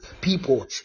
people